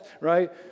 right